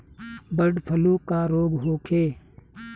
Bird flu का रोग होखे?